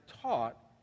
taught